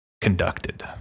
conducted